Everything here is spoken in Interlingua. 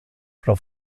pro